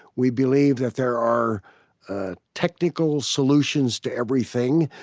we believe that there are technical solutions to everything,